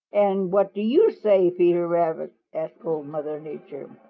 and what do you say, peter rabbit? asked old mother nature.